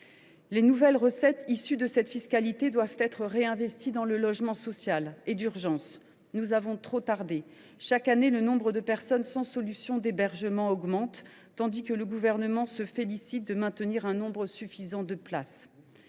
Les nouvelles recettes issues de cette fiscalité doivent d’urgence être réinvesties dans le logement social. Nous avons déjà trop tardé : chaque année, le nombre de personnes sans solution d’hébergement augmente, tandis que le Gouvernement se félicite de maintenir un nombre suffisant de places.